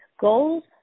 Goals